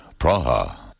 Praha